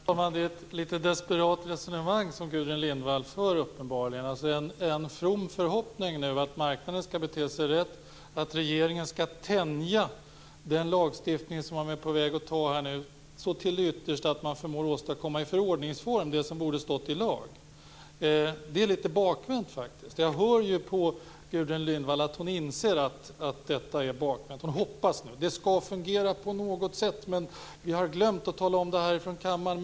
Herr talman! Det är ett litet desperat resonemang som Gudrun Lindvall för. Det är en from förhoppning att marknaden skall bete sig rätt, att regeringen skall tänja den lagstiftning som är på väg att antas så till det yttersta att man i förordningsform förmår åstadkomma det som borde stått i lag. Det är litet bakvänt. Jag hör ju på Gudrun Lindvall att hon inser att detta är bakvänt. Hon hoppas nu att det skall fungera på något sätt, men vi har glömt att tala om det här i kammaren.